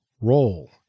roll